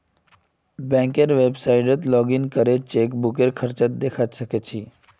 बैंकेर website login करे chequebook खर्च दखवा स ख छि